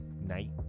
night